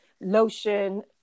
lotion